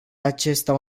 acesta